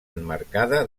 emmarcada